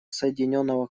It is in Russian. соединенного